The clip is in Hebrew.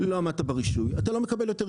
אם לא עמדת ברישוי אתה לא מקבל יותר רישיון.